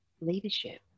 leadership